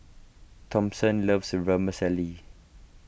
Thompson loves Vermicelli